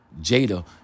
Jada